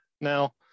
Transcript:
Now